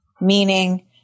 meaning